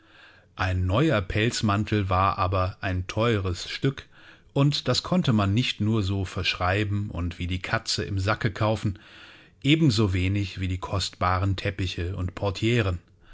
ein neuer pelzmantel war aber ein teures stück das konnte man nicht nur so verschreiben und wie die katze im sacke kaufen ebensowenig wie die kostbaren teppiche und